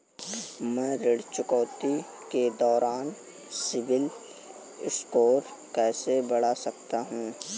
मैं ऋण चुकौती के दौरान सिबिल स्कोर कैसे बढ़ा सकता हूं?